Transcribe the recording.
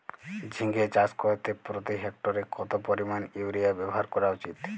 ঝিঙে চাষ করতে প্রতি হেক্টরে কত পরিমান ইউরিয়া ব্যবহার করা উচিৎ?